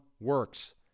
works